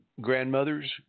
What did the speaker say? grandmothers